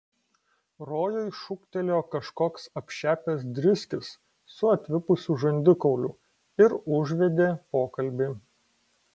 rojui šūktelėjo kažkoks apšepęs driskius su atvipusiu žandikauliu ir užvedė pokalbį